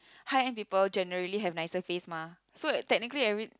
high end people generally have nicer face mah so technically every